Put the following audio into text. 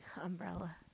Umbrella